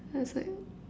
that's like